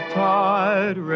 tide